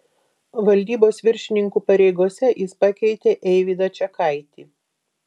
valdybos viršininko pareigose jis pakeitė eivydą čekaitį